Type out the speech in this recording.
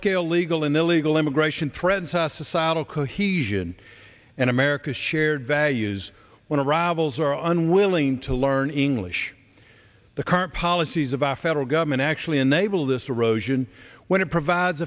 scale legal and illegal immigration threads the societal cohesion and america's shared values when arrivals are unwilling to learn english the current policies of our federal government actually enable this roge and when it provides